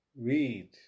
read